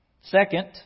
Second